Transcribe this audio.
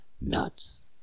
nuts